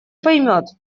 поймет